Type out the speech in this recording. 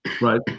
Right